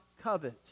covet